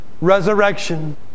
resurrection